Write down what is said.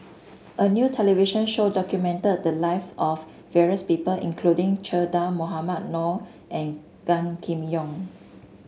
a new television show documented the lives of various people including Che Dah Mohamed Noor and Gan Kim Yong